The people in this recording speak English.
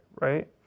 right